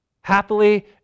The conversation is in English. Happily